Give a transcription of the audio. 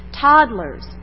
toddlers